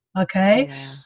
okay